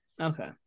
Okay